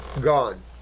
Gone